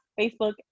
Facebook